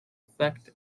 effect